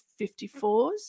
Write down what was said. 54s